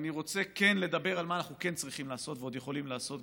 אני רוצה לדבר על מה אנחנו כן צריכים לעשות ועוד יכולים לעשות,